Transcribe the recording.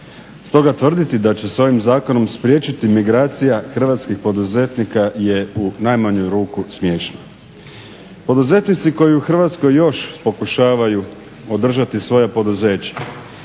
Stoga tvrditi da će se ovim zakonom spriječiti migracija hrvatskih poduzetnika je u najmanju ruku smiješna. Poduzetnici koji u Hrvatskoj još pokušavaju održati svoja poduzeća